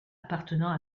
appartenant